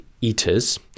eaters